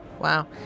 Wow